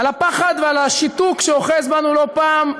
על הפחד ועל השיתוק שאוחז בנו לא פעם,